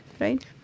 right